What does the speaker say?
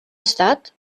estat